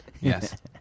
yes